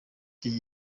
iki